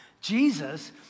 Jesus